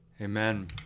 Amen